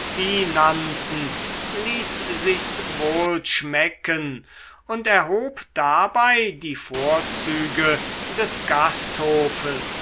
ließ sich's wohl schmecken und erhob dabei die vorzüge des gasthofes